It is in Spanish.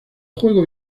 juego